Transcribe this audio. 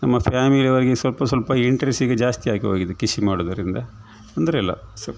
ನಮ್ಮ ಫ್ಯಾಮಿಲಿಯವರಿಗೆ ಸ್ವಲ್ಪ ಸ್ವಲ್ಪ ಇಂಟ್ರೆಸ್ಟ್ ಈಗ ಜಾಸ್ತಿ ಆಗಿ ಹೋಗಿದೆ ಕೃಷಿ ಮಾಡೋದರಿಂದ ತೊಂದರೆ ಇಲ್ಲ ಸ್ವಲ್ಪ